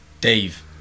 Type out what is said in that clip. Dave